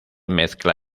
mezcla